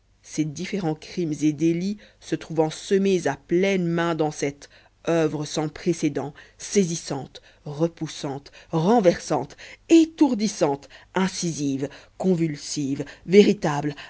ces différents crimes et délits se trouvant semés à pleines mains dans cette oeuvre sans précédent saisissante repoussante renversante étourdissante incisive convulsive véritable